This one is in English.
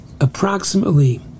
Approximately